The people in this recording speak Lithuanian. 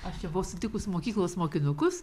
aš čia buvau sutikus mokyklos mokinukus